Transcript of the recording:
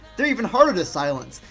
they're even harder to silence!